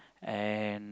and